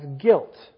guilt